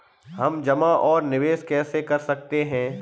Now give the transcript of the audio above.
हम जमा और निवेश कैसे कर सकते हैं?